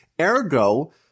Ergo